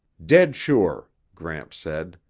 dead sure, gramps said.